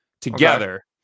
together